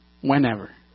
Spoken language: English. whenever